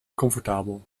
comfortabel